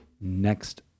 next